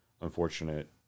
unfortunate